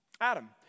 Adam